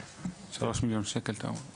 שלושה מיליון שקל אתה אומר.